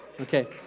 Okay